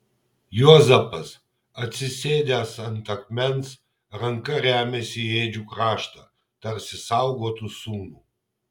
juozapas atsisėdęs ant akmens ranka remiasi į ėdžių kraštą tarsi saugotų sūnų